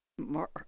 More